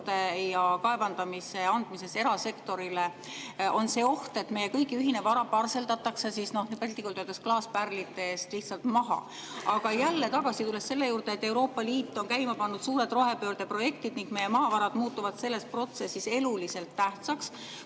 ja kaevandamise [lubade] andmisel erasektorile on oht, et meie kõigi ühine vara parseldatakse piltlikult öeldes klaaspärlite eest lihtsalt maha. Aga jälle tulles selle juurde, et Euroopa Liit on käima pannud suured rohepöördeprojektid ning meie maavarad muutuvad selles protsessis eluliselt tähtsaks,